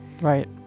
right